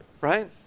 right